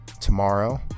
tomorrow